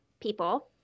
people